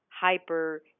hyper